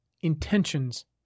intentions